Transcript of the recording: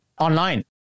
online